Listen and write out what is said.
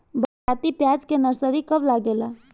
बरसाती प्याज के नर्सरी कब लागेला?